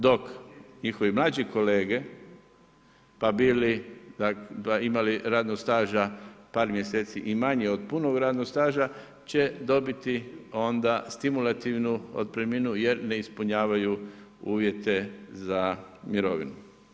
Dok njihovi mlađi kolege, pa bili, pa imali radnog staža par mjeseci i manje od punog radnog staža će dobiti onda stimulativnu otpremninu jer ne ispunjavaju uvjete za mirovinu.